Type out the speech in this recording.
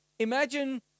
Imagine